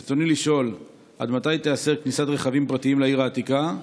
ברצוני לשאול: עד מתי תיאסר כניסת רכבים פרטיים לעיר העתיקה?